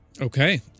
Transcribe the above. Okay